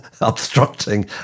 obstructing